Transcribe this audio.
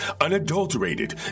unadulterated